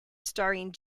starring